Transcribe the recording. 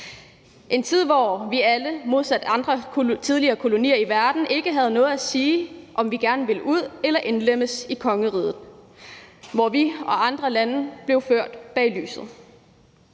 en tid, hvor vi alle modsat andre tidligere kolonier i verden ikke havde noget at sige, i forhold til om vi gerne ville ud eller indlemmes i kongeriget; vi og andre lande blev ført bag lyset.